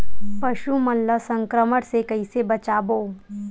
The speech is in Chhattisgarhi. पशु मन ला संक्रमण से कइसे बचाबो?